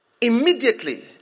immediately